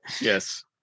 Yes